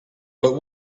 but